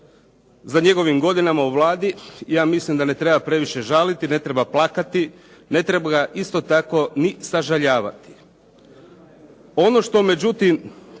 Za njegovim godinama u Vladi ja mislim da ne treba previše žaliti, ne treba plakati. Ne treba ga isto tako ni sažalijevati. Ono što međutim